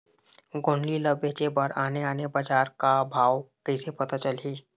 गोंदली ला बेचे बर आने आने बजार का भाव कइसे पता चलही?